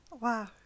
wow